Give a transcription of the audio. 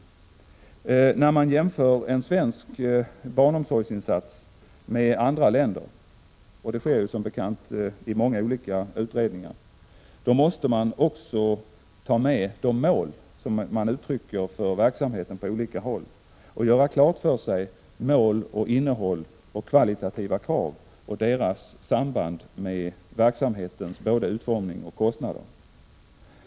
När man jämför en svensk barnomsorgsinsats med andra 15 länders — och det sker som bekant i många olika utredningar — måste man också ta med de mål som uttrycks för verksamheten på olika håll och göra klart för sig mål och innehåll och kvalitativa krav och deras samband med verksamheten vad gäller både utformning och kostnader.